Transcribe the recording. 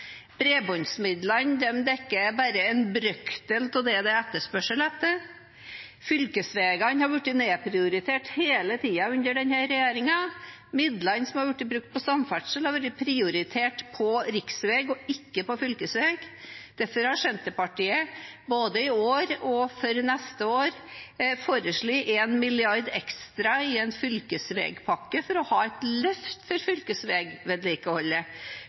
Bredbåndsmidlene dekker bare en brøkdel av det det er etterspørsel etter. Fylkesvegene har blitt nedprioritert hele tiden under denne regjeringen. Midlene som har blitt brukt på samferdsel, har blitt prioritert på riksveg og ikke på fylkesveg. Derfor har Senterpartiet, både i år og for neste år, foreslått 1 mrd. kr ekstra i en fylkesvegpakke, for å ha et løft for fylkesvegvedlikeholdet